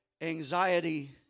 anxiety